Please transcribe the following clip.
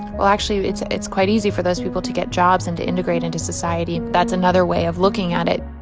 well, actually, it's it's quite easy for those people to get jobs and to integrate into society. that's another way of looking at it